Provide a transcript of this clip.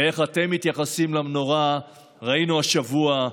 ואיך אתם מתייחסים למנורה ראינו השבוע.